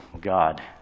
God